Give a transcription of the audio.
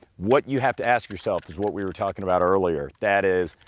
what you have to ask yourself is what we were talking about earlier. that is,